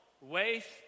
waste